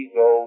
go